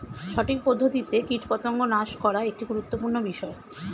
সঠিক পদ্ধতিতে কীটপতঙ্গ নাশ করা একটি গুরুত্বপূর্ণ বিষয়